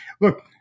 look